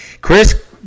Chris